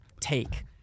take